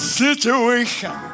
situation